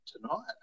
tonight